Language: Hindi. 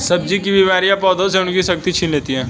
सब्जी की बीमारियां पौधों से उनकी शक्ति छीन लेती हैं